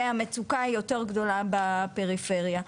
והמצוקה יותר גדולה בפריפריה.